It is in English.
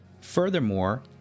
Furthermore